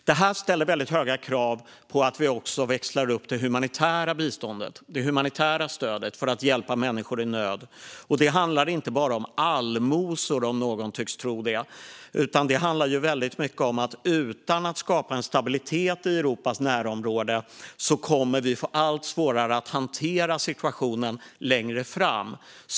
Detta ställer väldigt höga krav på att vi också växlar upp det humanitära biståndet och stödet för att hjälpa människor i nöd. Det handlar inte bara om allmosor, om någon tror det, utan det handlar väldigt mycket om att om vi inte skapar en stabilitet i Europas närområde kommer vi att få allt svårare att hantera situationen längre fram.